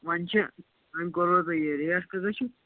وَنۍ چھِ وَنۍ کوٚروٕ یہِ ریٹ کۭژَاہ چَھ